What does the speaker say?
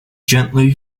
gently